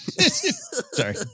Sorry